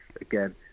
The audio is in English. again